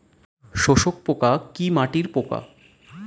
শোষক পোকা কি মাটির পোকা?